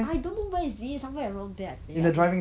I don't know where is it somewhere around there I think I don't know